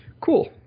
Cool